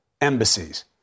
embassies